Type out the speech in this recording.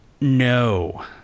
No